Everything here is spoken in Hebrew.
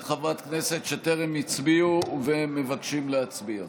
חברת הכנסת שטרם הצביעו והם מבקשים להצביע?